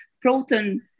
proton